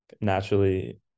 naturally